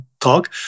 talk